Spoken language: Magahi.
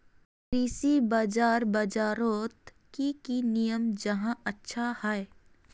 कृषि बाजार बजारोत की की नियम जाहा अच्छा हाई?